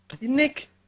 Nick